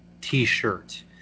T-shirt